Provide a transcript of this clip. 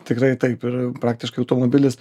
tikrai taip ir praktiškai automobilis